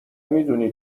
میدونی